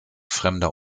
fremder